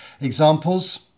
examples